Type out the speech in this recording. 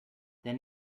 then